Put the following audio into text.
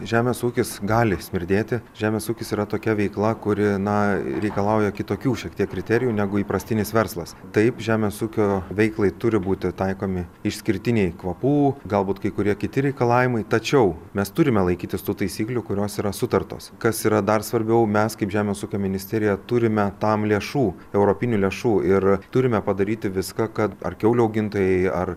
žemės ūkis gali smirdėti žemės ūkis yra tokia veikla kuri na ir reikalauja kitokių šiek tiek kriterijų negu įprastinis verslas taip žemės ūkio veiklai turi būti taikomi išskirtiniai kvapų galbūt kai kurie kiti reikalavimai tačiau mes turime laikytis tų taisyklių kurios yra sutartos kas yra dar svarbiau mes kaip žemės ūkio ministerija turime tam lėšų europinių lėšų ir turime padaryti viską kad ar kiaulių augintojai ar